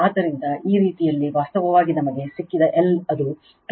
ಆದ್ದರಿಂದ ಈ ರೀತಿಯಲ್ಲಿ ವಾಸ್ತವವಾಗಿ ನಮಗೆ ಸಿಕ್ಕಿದ L ಅದು 2